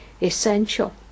essential